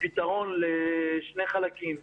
פתרון לשני חלקים.